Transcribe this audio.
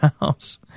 house